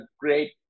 great